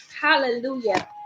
Hallelujah